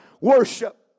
worship